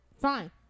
Fine